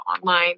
online